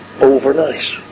overnight